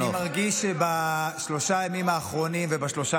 אני מרגיש שבשלושה הימים האחרונים ובשלושה